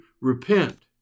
repent